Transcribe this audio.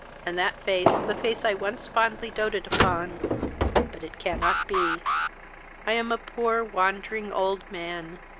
and that face the face i once fondly doated upon but it cannot be i am a poor, wandering, old man,